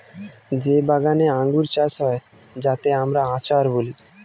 যে বাগানে আঙ্গুর চাষ হয় যাতে আমরা আচার বলি